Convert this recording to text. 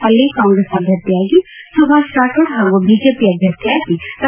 ಅಲ್ಲಿ ಕಾಂಗ್ರೆಸ್ ಅಭ್ವರ್ಥಿಯಾಗಿ ಸುಭಾಷ್ ರಾಥೋಡ್ ಹಾಗೂ ಬಿಜೆಪಿ ಅಭ್ವರ್ಥಿಯಾಗಿ ಡಾ